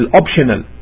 optional